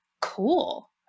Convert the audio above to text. Cool